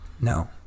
No